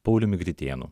pauliumi gritėnu